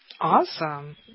Awesome